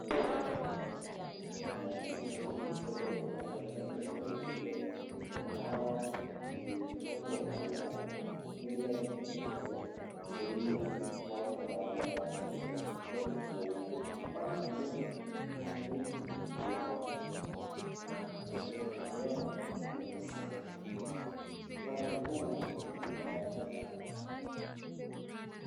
Mtaro wa maji chafu, unapitisha maji kutoka upande mmoja hadi mwingine. Kuna waya iliyofungwa mahali hapo pengine ni kuzuia watu na wanyama wasipite upande huo. Upande mwingine kuna miti iliyopandwa na mazingira yenyewe ni safi. Upande huu kinaonekana.